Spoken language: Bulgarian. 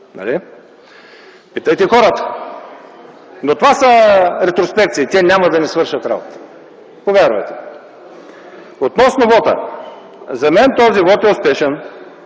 Питайте хората. Това са ретроспекции, те няма да ни свършат работа. Повярвайте ми. Относно вота. За мен този вот е успешен.